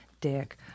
dick